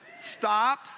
Stop